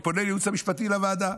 אני פונה לייעוץ המשפטי של הוועדה,